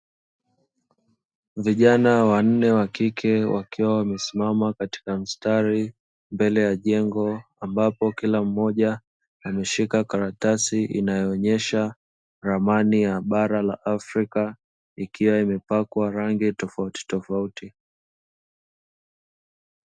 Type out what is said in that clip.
Vijana wanne wa kike wakiwa wamesimama kwenye mstari mbele ya jengo, ambapo kila mmoja ameshika karatasi inayoonyesha ramani ya bara la Afrika ikiwa imepakwa rangi tofautitofauti.